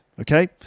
okay